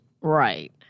Right